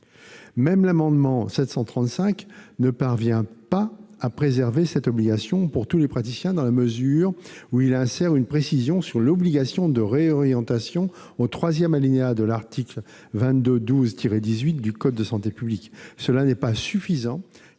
de l'amendement n° 735 rectifié ne parvient pas à préserver cette obligation pour tous les praticiens, dans la mesure où il tend à insérer une précision sur l'obligation de réorientation au troisième alinéa de l'article L. 2212-18 du code de la santé publique, ce qui n'est pas suffisant,